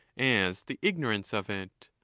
as the ignorance of it.